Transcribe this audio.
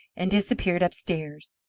and disappeared upstairs.